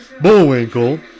Bullwinkle